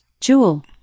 Jewel